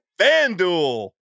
FanDuel